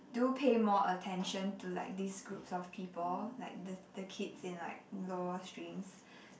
do pay more attention to like these groups of people like the the kids in like lower streams